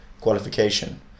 qualification